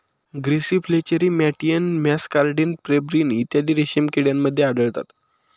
grasserie flacherie मॅटियन muscardine pebrine इत्यादी रेशीम किड्यांमध्ये आढळतात